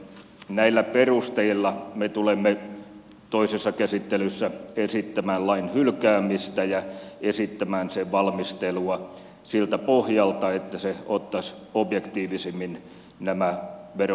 näillä perusteilla me tulemme toisessa käsittelyssä esittämään lain hylkäämistä ja esittämään sen valmistelua siltä pohjalta että se ottaisi objektiivisemmin nämä veron määräytymisperusteet huomioon